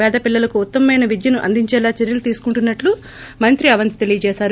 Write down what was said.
పేద పిల్లలకు ఉత్తమమైన విద్యను అందించేలా చర్యలు తీసుకుంటున్నట్టు మంత్రి అవంతి తెలిపారు